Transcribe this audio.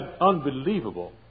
unbelievable